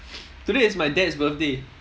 today is my dad's birthday